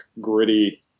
gritty